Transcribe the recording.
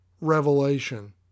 Revelation